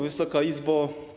Wysoka Izbo!